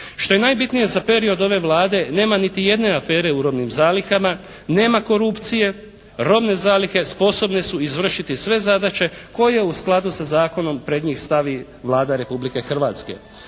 Što je najbitnije za period ove Vlade nema niti jedne afere u robnim zalihama, nema korupcije, robne zalihe sposobne su izvršiti sve zadaće koje u skladu sa zakonom pred njih stavi Vlada Republike Hrvatske.